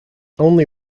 only